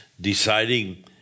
deciding